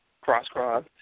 cross-cross